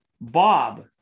Bob